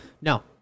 No